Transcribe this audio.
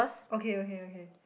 okay okay okay